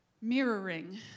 mirroring